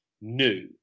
new